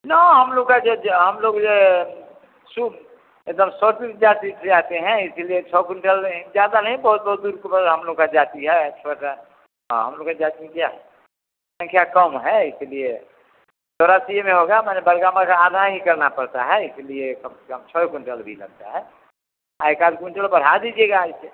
न हम लोग का हम लोग ये एकदम स्वतिक जाति से आते हैं इसीलिए छः कुंटल ज़्यादा नहीं बहुत बहुत दूर का मतलब हम लोग का जाति है ऐश्वर्या हाँ हम लोग में जात में क्या क्या कम है इसलिए चौरासी में होगा हमारे बलगामा का आना ही करना पड़ता है इसलिए कम से कम छः कुंटल भी लगता है एकाध कुंटल बढ़ा दीजिएगा ऐसे